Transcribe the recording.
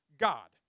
God